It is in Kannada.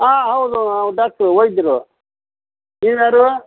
ಹಾಂ ಹೌದು ನಾವು ಡಾಕ್ಟ್ರು ವೈದ್ಯರು ನೀವು ಯಾರು